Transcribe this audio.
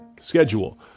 schedule